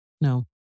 No